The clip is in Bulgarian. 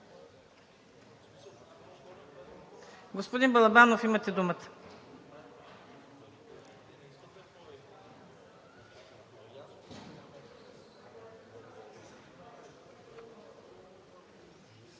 Господин Балабанов, имате думата.